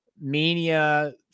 Mania